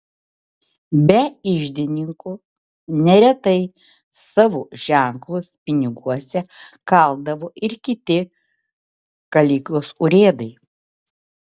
be iždininkų neretai savo ženklus piniguose kaldavo ir kiti kalyklos urėdai